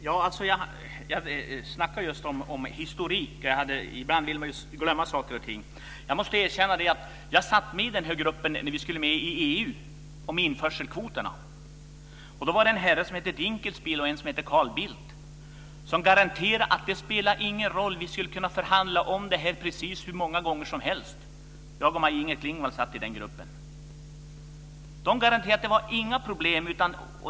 Fru talman! Jag pratade just om historik. Ibland glömmer man saker och ting. Jag var med och förhandlade om införselkvoterna när vi skulle gå med i EU. Då var det två herrar med som hette Dinkelspiel och Carl Bildt. De garanterade att det inte spelade någon roll. Vi skulle kunna förhandla om detta med införselkvoterna precis hur många gånger som helst. Maj-Inger Klingvall var också med i den gruppen.